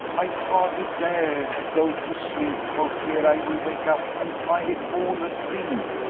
i hardly dare go to sleep for fear i will wake up and find it all a dream.